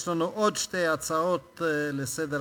יש לנו עוד שתי הצעות לסדר-היום,